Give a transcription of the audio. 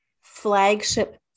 flagship